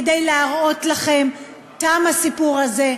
כדי להראות לכם: תם הסיפור הזה,